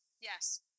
Yes